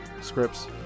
scripts